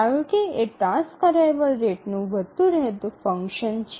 priority એ task arrival રેટનું વધતું રહેતું ફંકશન છે